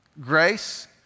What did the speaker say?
grace